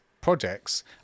projects